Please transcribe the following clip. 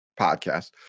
podcast